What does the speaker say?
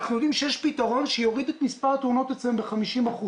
אנחנו יודעים שיש פתרון שיוריד את מספר התאונות אצלם ב-50%.